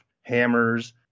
hammers